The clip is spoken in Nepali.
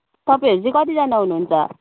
तपाईँहरू चाहिँ कतिजाना हुनुहुन्छ